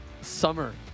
summer